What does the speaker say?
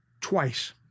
twice